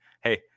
Hey